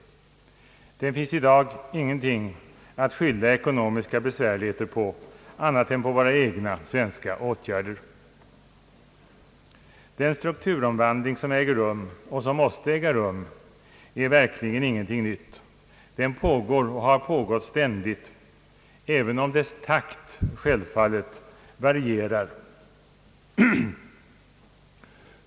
Det finns i dag ingenting att skylla ekonomiska besvärligheter på annat än på våra egna svenska åtgärder. Den strukturomvandling som äger rum och som måste äga rum är verkligen ingenting nytt. Den pågår och har pågått ständigt även om dess takt självfallet varierar.